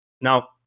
Now